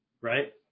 right